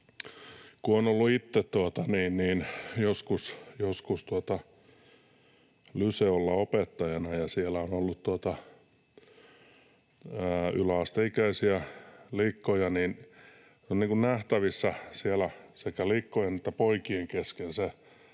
Kun olen ollut itse joskus lyseolla opettajana ja siellä on ollut yläasteikäisiä likkoja, niin on nähtävissä siellä sekä likkojen että poikien kesken